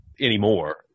anymore